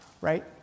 right